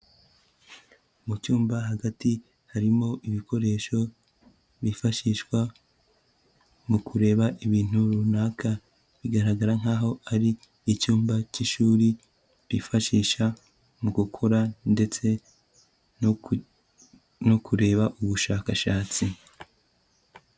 Mu cyumba hagati harimo ibikoresho byifashishwa mu kureba ibintu runaka. Bigaragara nkaho aho ari icyumba cy'ishuri bifashisha mu gukora ndetse no kureba ubushakashatsi.